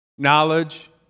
Knowledge